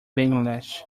bangladesh